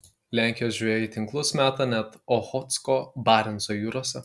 lenkijos žvejai tinklus meta net ochotsko barenco jūrose